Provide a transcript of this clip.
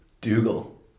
Dougal